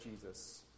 Jesus